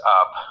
up